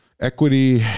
Equity